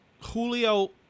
Julio